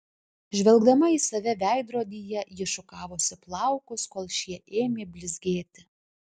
žvelgdama į save veidrodyje ji šukavosi plaukus kol šie ėmė blizgėti